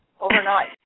overnight